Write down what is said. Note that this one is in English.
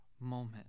moment